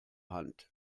hand